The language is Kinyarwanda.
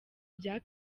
bya